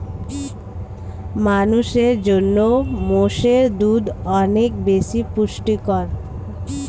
মানুষের জন্য মোষের দুধ অনেক বেশি পুষ্টিকর